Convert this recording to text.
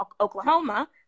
Oklahoma